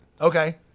Okay